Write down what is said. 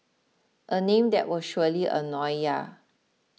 a name that will surely annoy ya